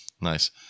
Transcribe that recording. nice